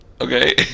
Okay